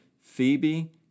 Phoebe